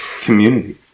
community